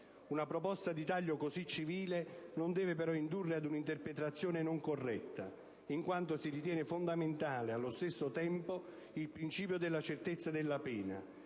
Una proposta di taglio così civile non deve però indurre ad un'interpretazione non corretta, in quanto si ritiene fondamentale, allo stesso tempo, il principio della certezza della pena